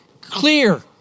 clear